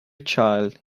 child